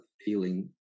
feeling